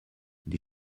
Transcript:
des